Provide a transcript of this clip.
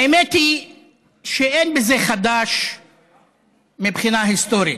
האמת היא שאין בזה חדש מבחינה היסטורית.